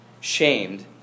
shamed